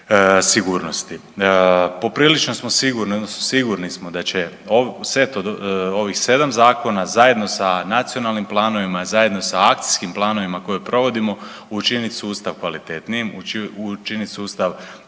sigurni odnosno sigurni smo da će set od ovih sedam zakona zajedno sa nacionalnim planovima, zajedno sa akcijskim planovima koje provodimo učinit sustav kvalitetnijim, učinit sustav ažurnijim,